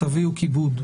תביאו כיבוד.